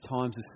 times